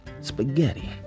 Spaghetti